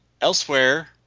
elsewhere